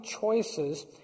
choices